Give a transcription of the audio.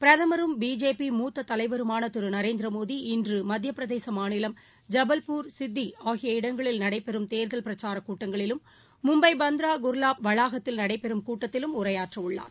பிரதமரும் பிஜேபி மூத்ததலைவருமானதிருநரேந்திரமோடி இன்றுமத்தியபிரதேசமாநிலம் ஜபல்பூர் சித்திஆகிய இடங்களில் நடைபெறும் தேர்தல் பிரச்சாரக் கூட்டங்களிலும் மும்பைபந்த்ராகுர்வாவளாகத்தில் நடைபெறும் கூட்டத்திலும் உரையாற்றவுள்ளார்